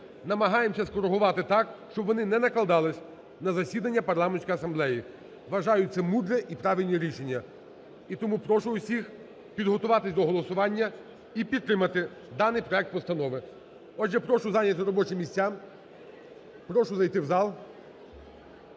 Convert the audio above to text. намагаємося скоригувати так, щоб вони не накладались на засідання парламентської асамблеї. Вважаю, це мудре і правильне рішення. І тому прошу усіх підготуватись до голосування і підтримати даний проект постанови. Отже, прошу зайняти робочі місця, прошу зайти в і